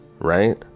Right